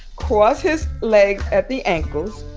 cross his legs at the ankles,